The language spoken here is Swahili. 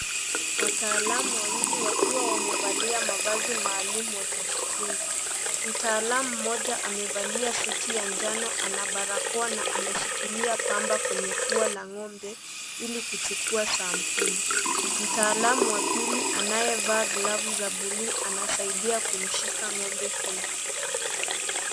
Wataalamu wawili wakiwa wamevalia mavazi maalum wakijikinga, mtaalamu mmoja amevalia suti ya njano ana barakoa na anashikilia pamba kwenye pua la ng'ombe ili kuchukua sampuli, mtaalamu wa pili anaye vaa glavu za buluu anamsaidia kumshika ng'ombe huyo.